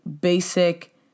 basic